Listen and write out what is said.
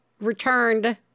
returned